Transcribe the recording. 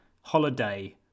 holiday